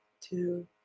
two